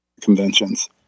conventions